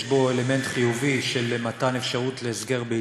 יש בו אלמנט חיובי של מתן אפשרות להסגר ביתי,